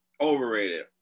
overrated